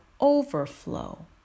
overflow